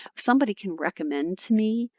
if somebody can recommend to me,